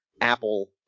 Apple